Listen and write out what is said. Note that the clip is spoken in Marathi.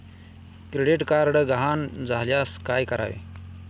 क्रेडिट कार्ड गहाळ झाल्यास काय करावे?